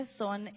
son